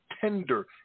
tender